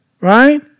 right